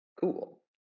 Cool